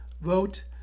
vote